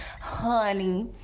honey